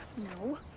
No